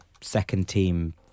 second-team